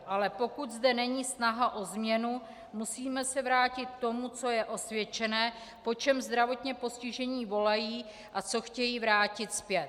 Ale pokud zde není snaha o změnu, musíme se vrátit k tomu, co je osvědčené, po čem zdravotně postižení volají a co chtějí vrátit zpět.